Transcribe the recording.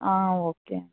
okay